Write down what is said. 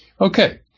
Okay